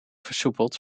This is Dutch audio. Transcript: versoepeld